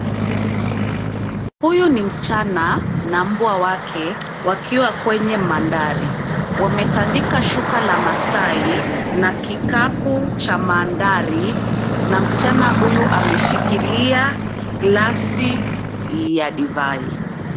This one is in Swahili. Huyu ni msichana na mbwa wake wakiwa kwenye mandhari, wametandika shuka la masai na kikapu cha mandhari na msichana huyu ameshikilia gilasi ya divai.